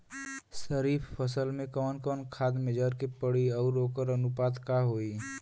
खरीफ फसल में कवन कवन खाद्य मेझर के पड़ी अउर वोकर अनुपात का होई?